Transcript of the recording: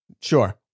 Sure